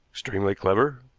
extremely clever.